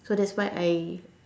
so that's why I